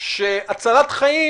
כך שהצלת חיים